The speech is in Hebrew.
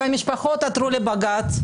והמשפחות עתרו לבג"ץ,